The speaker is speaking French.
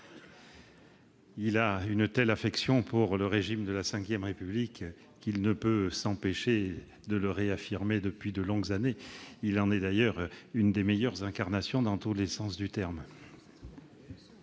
qui a une telle affection pour le régime de la V République qu'il ne peut s'empêcher de la réaffirmer depuis de longues années. Il en est, d'ailleurs, une des meilleures incarnations dans tous les sens du terme